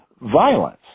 violence